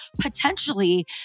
potentially